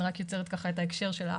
אני רק יוצרת ככה את ההקשר של הדברים.